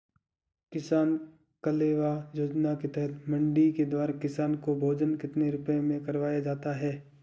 किसान कलेवा योजना के तहत मंडी के द्वारा किसान को भोजन कितने रुपए में करवाया जाता है?